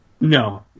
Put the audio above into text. No